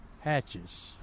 hatches